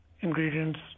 ingredients